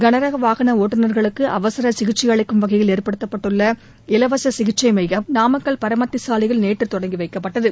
கனரக வாகன ஒட்டுநர்களுக்கு அவசர சிகிச்சை அளிக்கும் வகையில் ஏற்படுத்தப்பட்டுள்ள இலவச சிகிச்சை மையம் நாமக்கல் பரமத்தி சாலையில் நேற்று தொடங்கி வைக்கப்பட்டது